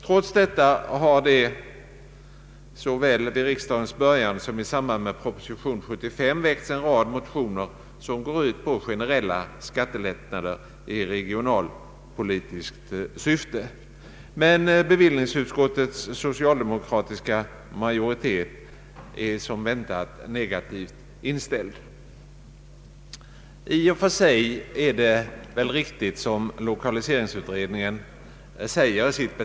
Trots detta har såväl vid riksdagens början som i samband med proposition nr 75 en rad motioner väckts som går ut på generella skattelättnader i regionalpolitiskt syfte. Men bevillningsutskottets socialdemokratiska majoritet är som väntat negativt inställd. I och för sig är det väl riktigt som lokaliseringsutredningen säger i sitt Ang.